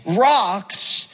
rocks